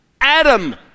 Adam